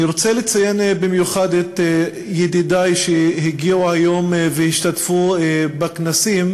אני רוצה לציין במיוחד את ידידי שהגיעו היום והשתתפו בכנסים,